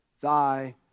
thy